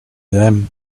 them